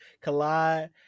collide